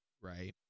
Right